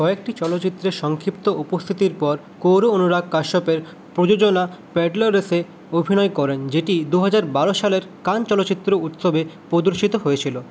কয়েকটি চলচ্চিত্রে সংক্ষিপ্ত উপস্থিতির পর কৌর অনুরাগ কাশ্যপের প্রযোজনা পেডলার্সে অভিনয় করেন যেটি দুহাজার বারো সালের কান চলচ্চিত্র উৎসবে প্রদর্শিত হয়েছিল